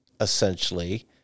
essentially